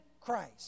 Christ